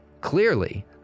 Clearly